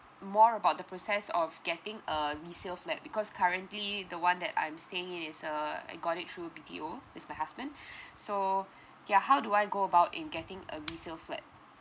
more about the process of getting a resale flat because currently the one that I'm staying in is uh I got it through B_T_O with my husband so yeah how do I go about in getting a resale flat